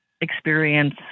experience